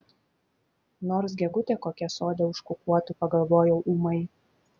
nors gegutė kokia sode užkukuotų pagalvojau ūmai